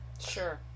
Sure